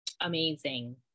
Amazing